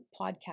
podcast